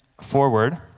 forward